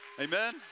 amen